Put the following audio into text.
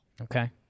Okay